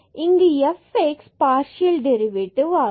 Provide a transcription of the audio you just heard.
இங்கு fx partial derivative ஆகும்